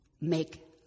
make